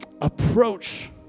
approach